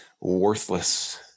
worthless